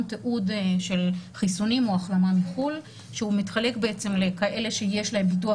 תיעוד של חיסונים או החלמה מחו"ל שהוא מתחלק לכאלה שיש להם ביטוח